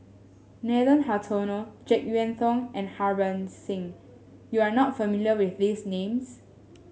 Nathan Hartono JeK Yeun Thong and Harbans Singh you are not familiar with these names